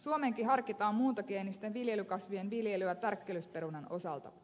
suomeenkin harkitaan muuntogeenisten viljelykasvien viljelyä tärkkelysperunan osalta